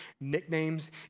nicknames